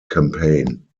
campaign